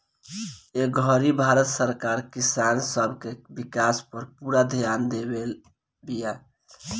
ए घड़ी भारत सरकार किसान सब के विकास पर पूरा ध्यान देले बिया